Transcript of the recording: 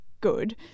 good